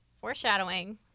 foreshadowing